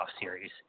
series